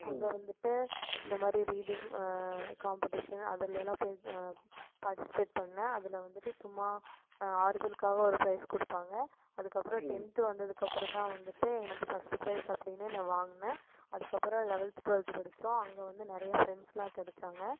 அங்கே வந்துட்டு இந்த மாதிரி ரீடிங் காம்ப்படீஷன் அதுலெலாம் போய் பார்ட்டிசிபேட் பண்ணிணேன் அதுல வந்துட்டு சும்மா ஆறுதலுக்காக ஒரு ப்ரைஸ் கொடுப்பாங்க அதுக்கப்புறம் டென்த்து வந்ததுக்கப்புறம் தான் வந்துட்டு எனக்கு ஃபஸ்ட்டு ப்ரைஸ் அப்படின்னே நான் வாங்குனேன் அதுக்கப்புறம் லெவல்த்து டுவெல்த்து படிச்சோம் அங்கே வந்து நிறைய ஃப்ரெண்ட்ஸ்லாம் கிடச்சாங்க